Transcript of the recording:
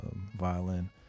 violin